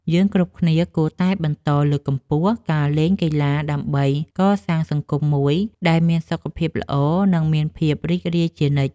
យើងគ្រប់គ្នាគួរតែបន្តលើកកម្ពស់ការលេងកីឡាដើម្បីកសាងសង្គមមួយដែលមានសុខភាពល្អ និងមានភាពរីករាយជានិច្ច។